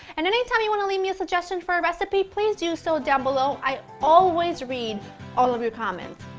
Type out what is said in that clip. and any time you want to leave me a suggestion for a recipe, please do so down below, i always read all of your comments.